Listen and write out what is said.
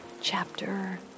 Chapter